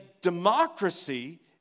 democracy